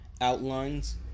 outlines